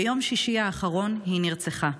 ביום שישי האחרון היא נרצחה.